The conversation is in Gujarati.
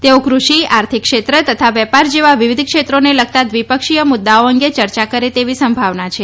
તેઓ કૃષિ આર્થિક ક્ષેત્ર તથા વેપાર જેવા વિવિધ ક્ષેત્રોને લગતા દ્વિપક્ષીય મુદ્દાઓ અંગે ચર્ચા કરે તેવી સંભાવના છે